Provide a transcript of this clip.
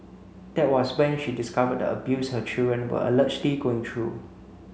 that was when she discovered the abuse her children were allegedly going through